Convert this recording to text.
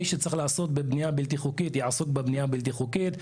מי שצריך לעסוק בבנייה הבלתי חוקית יעסוק בבנייה הבלתי חוקית,